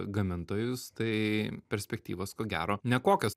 gamintojus tai perspektyvos ko gero nekokios